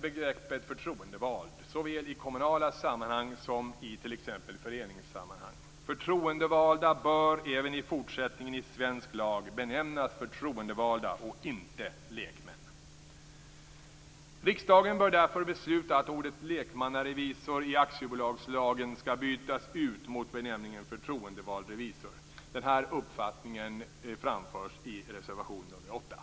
begreppet förtroendevald såväl i kommunala sammanhang som i t.ex. föreningssammanhang. Förtroendevalda bör även i fortsättningen i svensk lag benämnas förtroendevalda och inte lekmän. Riksdagen bör därför besluta att ordet lekmannarevisor i aktiebolagslagen skall bytas ut mot benämningen förtroendevald revisor. Den uppfattningen framförs i reservation nr 8.